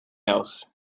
else